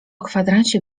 kwadransie